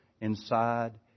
inside